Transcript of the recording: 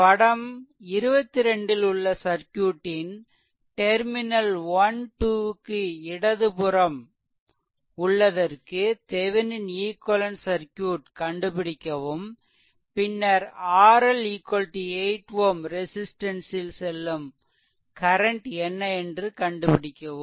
இந்த படம் 21 ல் உள்ள சர்க்யூட்டின் டெர்மினல் 12 க்கு இடதுபுறம் உள்ளதற்கு தெவெனின் ஈக்வெலென்ட் சர்க்யூட் கண்டுபிடிக்கவும் பின்னர் RL 8 Ω ரெசிஸ்ட்டன்ஸ் ல் செல்லும் கரன்ட் என்ன என்று கண்டுபிடிக்கவும்